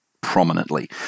prominently